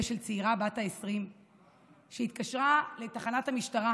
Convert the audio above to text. של הצעירה בת ה-20 שהתקשרה לתחנת המשטרה